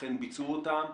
אכן ביצוע אותן.